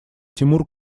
тимур